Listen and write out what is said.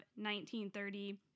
1930